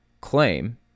claim